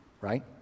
right